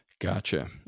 Gotcha